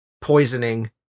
poisoning